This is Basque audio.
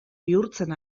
bihurtzen